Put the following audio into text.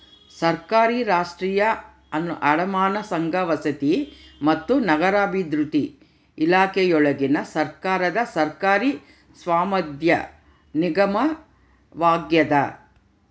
ಸರ್ಕಾರಿ ರಾಷ್ಟ್ರೀಯ ಅಡಮಾನ ಸಂಘ ವಸತಿ ಮತ್ತು ನಗರಾಭಿವೃದ್ಧಿ ಇಲಾಖೆಯೊಳಗಿನ ಸರ್ಕಾರದ ಸರ್ಕಾರಿ ಸ್ವಾಮ್ಯದ ನಿಗಮವಾಗ್ಯದ